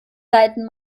seiten